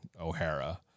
O'Hara